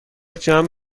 جمع